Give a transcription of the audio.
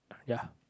ya